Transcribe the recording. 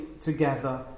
together